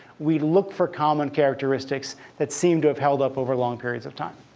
we look for common characteristics that seem to have held up over long periods of time.